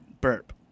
burp